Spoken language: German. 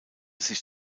sich